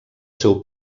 seu